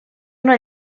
una